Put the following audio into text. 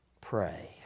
pray